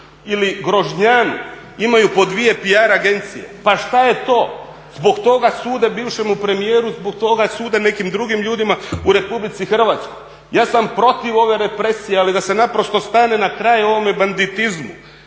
ili Grožnjanu, imaju po dvije PR-agencije. Pa šta je to? Zbog toga sude bivšemu premijeru, zbog toga sude nekim drugim ljudima u Republici Hrvatskoj. Ja sam protiv ove represije, ali da se naprosto stane na kraj ovome banditizmu.